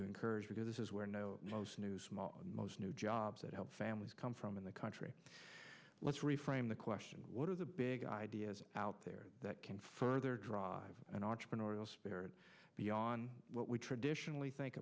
to encourage to do this is where most news most new jobs that help families come from in the country let's reframe the question what are the big ideas out there that can further drive an entrepreneurial spirit beyond what we traditionally think